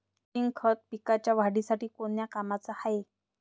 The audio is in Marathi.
झिंक खत पिकाच्या वाढीसाठी कोन्या कामाचं हाये?